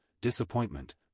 disappointment